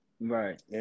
Right